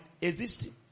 existing